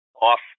off